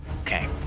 Okay